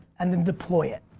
and then deploy it.